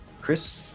Chris